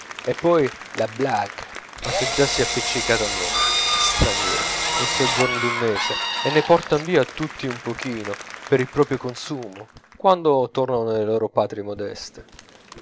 e poi la blague ma se già si è appiccicata a noi stranieri nel soggiorno d'un mese e ne portan via tutti un pochino per il proprio consumo quando tornano nelle loro patrie modeste